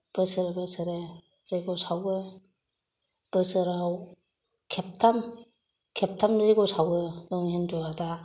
बोसोर बोसोरे जैग्य सावो बोसोराव खेबथाम खेबथाम जैग्य सावो जों हिन्दुआव दा